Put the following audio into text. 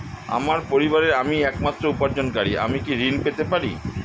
আমার পরিবারের আমি একমাত্র উপার্জনকারী আমি কি ঋণ পেতে পারি?